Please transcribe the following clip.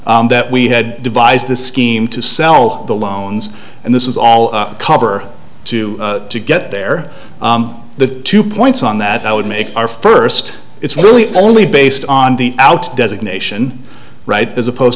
that we had devised a scheme to sell the loans and this is all cover to get there the two points on that i would make our first it's really only based on the outs designation right as opposed